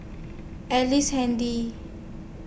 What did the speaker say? Ellice Handy